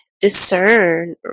discern